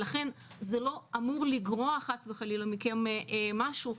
לכן זה לא אמור לגרוע, חס וחלילה, מכם משהו.